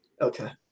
Okay